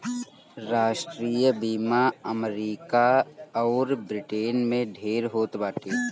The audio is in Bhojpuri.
राष्ट्रीय बीमा अमरीका अउर ब्रिटेन में ढेर होत बाटे